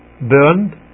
Burned